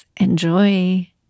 Enjoy